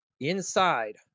Inside